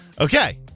Okay